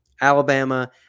Alabama –